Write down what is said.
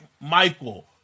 Michael